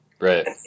Right